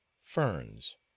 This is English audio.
ferns